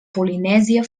polinèsia